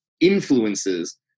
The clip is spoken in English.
influences